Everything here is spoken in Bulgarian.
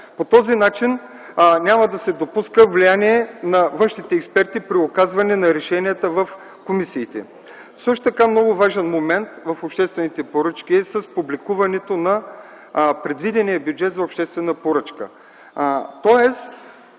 По този начин няма да се допуска влияние на външните експерти върху решенията в комисиите. Също много важен момент в обществените поръчки е публикуването на предвидения бюджет за обществена поръчка.